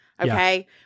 Okay